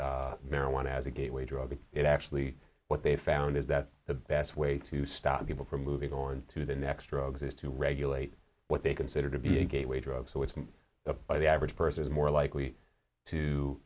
marijuana as a gateway drug it actually what they found is that the best way to stop people from moving on to the next drugs is to regulate what they consider to be a gateway drug so it's a buy the average person is more likely to